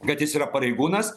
kad jis yra pareigūnas